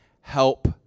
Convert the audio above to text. help